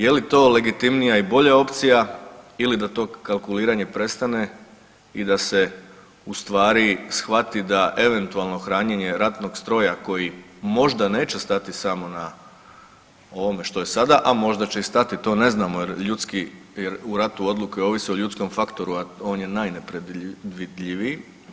Je li to legitimnija i bolja opcija ili da to kalkuliranje prestane i da se ustvari shvati da eventualno hranjenje ratnog stroja koji možda neće stati samo na ovome što je sada, a možda će i stati to ne znamo jer u ratu odluke ovise o ljudskom faktoru, a on je najnepredvidljiviji?